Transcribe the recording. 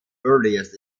earliest